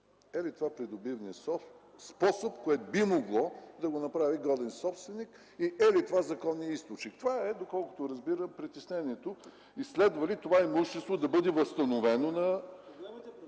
Е ли това придобивният способ, което би могло да го направи годен собственик, и е ли това законният източник? Това е, доколкото разбирам, притеснението и следва ли това имущество да бъде възстановено на